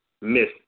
Miss